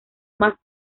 más